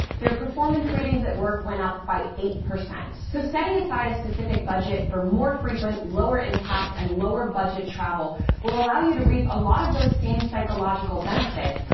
their performance ratings at work went up by eight. so setting aside a specific budget for more frequent, lower impact, and lower budget travel will allow you to reap a lot of those same psychological benefits,